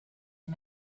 and